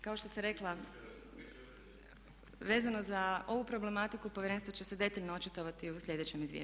Kao što sam rekla, vezano za ovu problematiku Povjerenstvo će se detaljno očitovati u sljedećem izvješću.